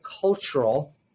cultural